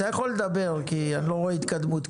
אתה יכול לדבר כי אני לא רואה התקדמות.